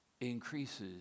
increases